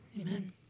Amen